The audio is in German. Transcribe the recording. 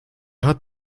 hat